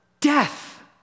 death